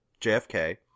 JFK